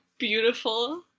beautiful,